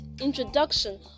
introduction